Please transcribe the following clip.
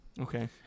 Okay